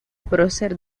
prócer